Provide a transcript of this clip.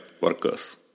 workers